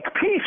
peace